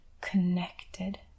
connected